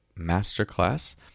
masterclass